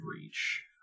reach